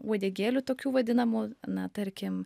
uodegėlių tokių vadinamų na tarkim